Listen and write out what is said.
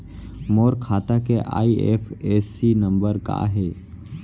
मोर खाता के IFSC number का हे?